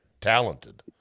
talented